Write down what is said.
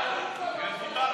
יבוטל.